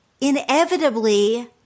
inevitably